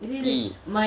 tepi